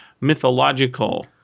mythological